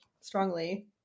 strongly